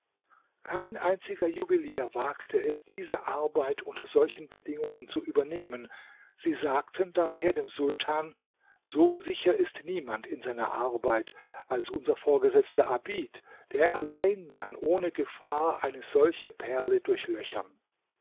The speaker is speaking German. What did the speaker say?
kein einziger juwelier wagte es diese arbeit unter solchen bedingungen zu übernehmen sie sagten daher dem sultan so sicher ist niemand in seiner arbeit als unser vorgesetzter abid der allein kann ohne gefahr eine solche perle durchlöchern